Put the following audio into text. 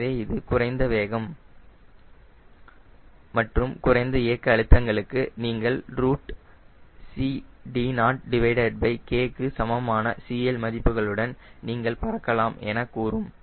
எனவே இது குறைந்த வேகம் குறைந்த இயக்க அழுத்தங்களுக்கு நீங்கள் CD0K க்கு சமமான CL மதிப்புகளுடன் நீங்கள் பறக்கலாம் எனக்கூறும்